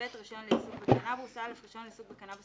רישיון לעיסוק בקנבוס 25ב. רישיון לעיסוק בקנבוס,